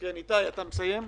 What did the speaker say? איתי, אתה מסיים?